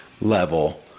level